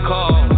Call